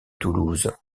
toulouse